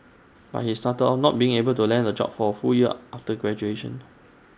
but he started off not being able to land A job for A full year after graduation